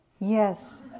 Yes